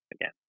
again